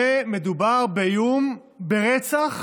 מדובר באיום ברצח